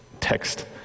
text